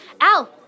Al